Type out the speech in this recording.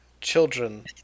children